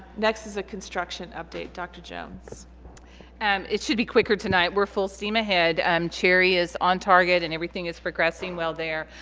next is a construction update dr. jones and it should be quicker tonight we're full steam ahead. um cherry is on target and everything is progressing well there.